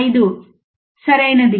5 సరైనది